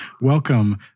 Welcome